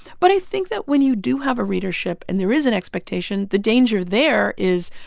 but i think that when you do have a readership and there is an expectation, the danger there is,